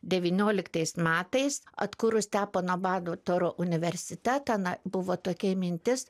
devynioliktais metais atkūrus stepono batoro universitetąna buvo tokia mintis